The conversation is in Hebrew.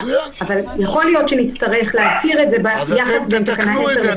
אבל יכול להיות שנצטרך- -- אז תתקנו את זה.